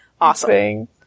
awesome